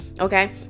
okay